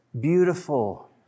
beautiful